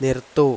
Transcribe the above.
നിർത്തൂ